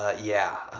ah yeah,